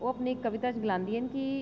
ओह् अपनी कविता च गलांदियां न कि